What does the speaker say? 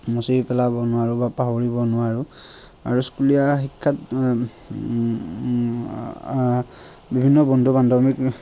মচি পেলাব নোৱাৰোঁ বা পাহৰিব নোৱাৰোঁ আৰু স্কুলীয়া শিক্ষাত বিভিন্ন বন্ধু বান্ধৱীক